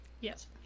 Yes